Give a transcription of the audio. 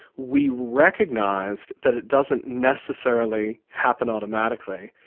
we recognised that it doesn't necessarily happen automatically,